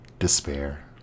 Despair